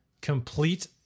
complete